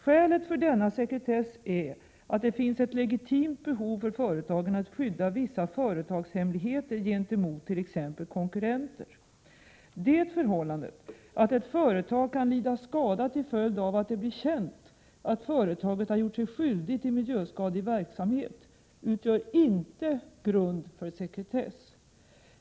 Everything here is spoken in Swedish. Skälet för denna sekretess är att det finns ett legitimt behov för företagen att skydda vissa företagshemligheter gentemot t.ex. konkurrenter. Det förhållandet att ett företag kan lida skada till följd av att det blir känt att företaget har gjort sig skyldigt till miljöskadlig verksamhet utgör inte grund för sekretess.